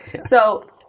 So-